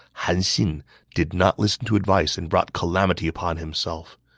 han xin did not listen to advice and brought calamity upon himself.